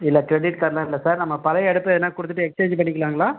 இல்லை க்ரெடிட் கார்ட்லாம் இல்லை சார் நம்ம பழைய அடுப்பை எதனா கொடுத்துட்டு எக்ஸ்சேஞ்சு பண்ணிக்கலாங்களா